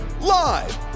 live